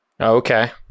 Okay